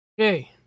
Okay